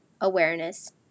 awareness